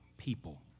people